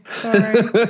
Sorry